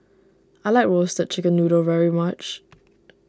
I like Roasted Chicken Noodle very much